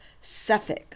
Suffolk